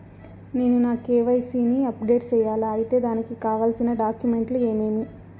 నేను నా కె.వై.సి ని అప్డేట్ సేయాలా? అయితే దానికి కావాల్సిన డాక్యుమెంట్లు ఏమేమీ?